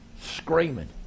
Screaming